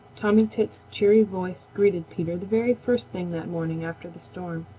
tommy tit's cheery voice greeted peter the very first thing that morning after the storm.